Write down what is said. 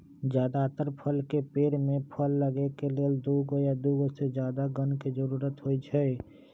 जदातर फल के पेड़ में फल लगे के लेल दुगो या दुगो से जादा गण के जरूरत होई छई